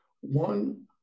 One